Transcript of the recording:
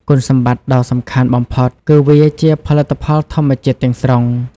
គុណសម្បត្តិដ៏សំខាន់បំផុតគឺវា ជាផលិតផលធម្មជាតិទាំងស្រុង។